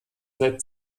seit